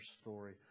story